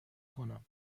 کنم